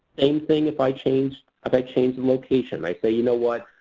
same thing if i change um i change the location. i say, you know what,